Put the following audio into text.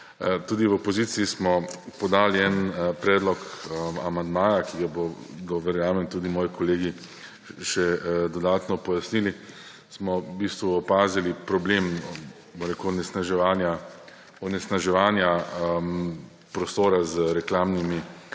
Tudi v opoziciji smo podali en predlog amandmaja, ki ga bodo, verjamem, tudi moji kolegi še dodatno pojasnili. Smo v bistvu opazili problem onesnaževanja prostora z reklamnimi